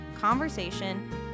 conversation